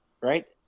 right